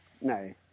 No